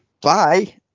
bye